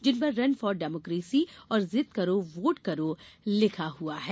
जिनपर run for democracy और जिद करो वोट करो लिखा हुआ है